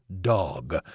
dog